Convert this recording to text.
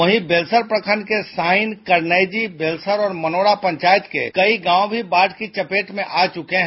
वहीं बेलसर प्रखंड के साइन करनैजी बेलसर और मनोरा पंचायत के कई गांव भी बाढ़ की चपेट में आ चुके हैं